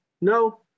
no